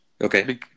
okay